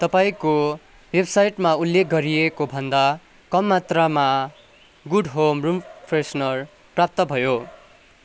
तपाईँको वेबसाइटमा उल्लेख गरिएकोभन्दा कम मात्रामा गुड होम रुम फ्रेसनर प्राप्त भयो